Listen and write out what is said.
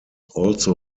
also